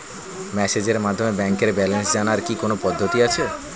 মেসেজের মাধ্যমে ব্যাংকের ব্যালেন্স জানার কি কোন পদ্ধতি আছে?